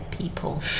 people